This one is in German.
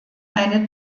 eine